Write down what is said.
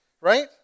right